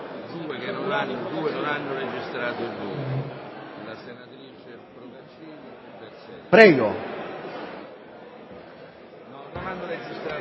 Prego